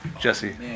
Jesse